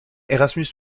erasmus